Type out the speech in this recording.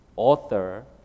author